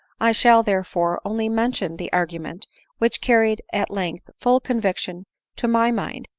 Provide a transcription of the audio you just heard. i shall therefore only mention the argument which carried at length full conviction to my mind,